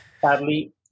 sadly